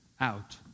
out